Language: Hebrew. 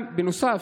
בנוסף,